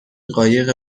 قایق